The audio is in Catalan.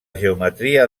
geometria